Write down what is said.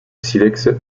silex